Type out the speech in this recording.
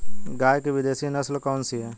गाय की विदेशी नस्ल कौन सी है?